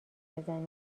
بزنی